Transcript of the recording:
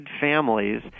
families